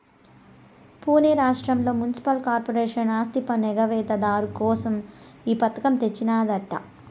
పునే రాష్ట్రంల municipal corporation ఆస్తిపన్ను ఎగవేత దారు కోసం ఈ పథకం తెచ్చినాదట